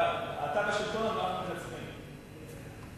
ההצעה להעביר את הנושא לוועדת